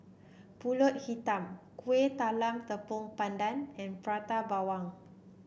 pulut Hitam Kueh Talam Tepong Pandan and Prata Bawang